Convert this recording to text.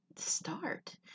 start